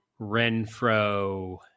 Renfro